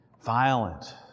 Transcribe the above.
violent